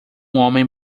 homem